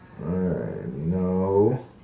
No